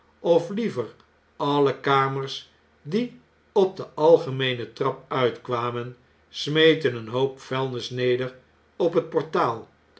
of liever alle kamers die op de algemeene trap uitkwamen smeten een hoop vuilnis neder op het portaal